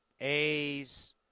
A's